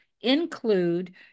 include